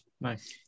Nice